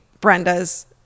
Brenda's